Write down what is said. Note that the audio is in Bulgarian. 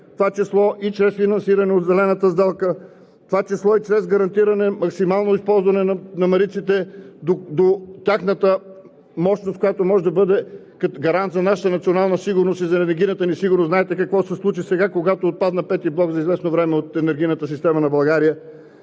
това число и чрез финансиране от Зелената сделка, в това число и чрез гарантиране максимално използване на мариците до тяхната мощност, която може да бъде гарант за нашата национална сигурност и за енергийната ни сигурност – знаете какво се случи сега, когато отпадна V блок за известно време от енергийната система на България,